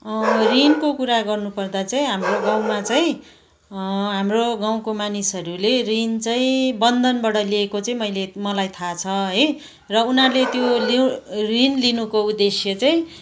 ऋणको कुरा गर्नु पर्दा चाहिँ हाम्रो गाउँमा चाहिँ हाम्रो गाउँको मानिसहरूले ऋण चाहिँ बन्धनबाट लिएको चाहिँ मैले मलाई थाह छ है र उनीहरूले त्यो ऋण लिनुको उद्देश्य चाहिँ